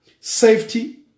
safety